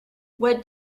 what